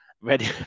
ready